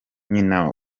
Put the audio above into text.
nyina